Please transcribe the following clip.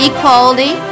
Equality